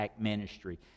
ministry